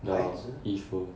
的衣服